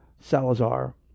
Salazar